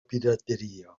pirateria